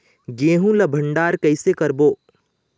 गेहूं ला भंडार कई से करबो?